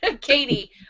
Katie